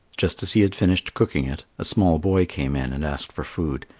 just as he had finished cooking it, a small boy came in and asked for food.